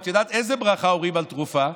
את יודעת איזו ברכה אומרים על תרופה?